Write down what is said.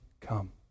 come